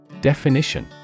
Definition